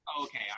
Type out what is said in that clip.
okay